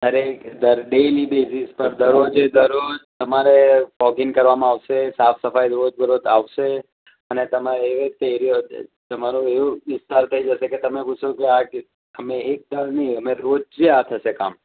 અરે દર daily basis પર દરરોજે દરરોજ તમારે ફોગિંગ કરવામાં આવશે સાફ સફાઈ રોજ બરોજ આવશે અને તમારો એરીઓ તમારો એવો વિસ્તાર થઇ જશે કે તમે પૂછશો કે અમે એક દહાડો નહીં અમે રોજે આ થશે આ કામ